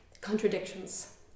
contradictions